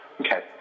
Okay